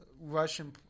Russian